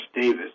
Davis